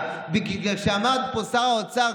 כשעמד פה שר האוצר,